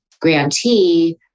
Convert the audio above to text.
grantee